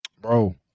Bro